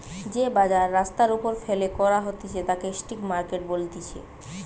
যে বাজার রাস্তার ওপরে ফেলে করা হতিছে তাকে স্ট্রিট মার্কেট বলতিছে